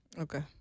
Okay